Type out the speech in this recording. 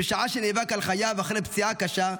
ובשעה שנאבק על חייו אחרי פציעה קשה,